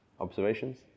Observations